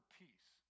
peace